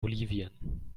bolivien